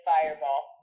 Fireball